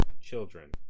children